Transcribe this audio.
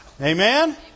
Amen